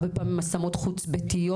הרבה פעמים צריכים לתת השמות חוץ ביתיות